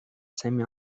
same